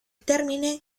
termine